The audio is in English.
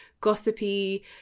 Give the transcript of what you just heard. gossipy